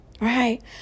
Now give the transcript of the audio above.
Right